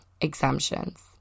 Exemptions